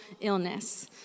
illness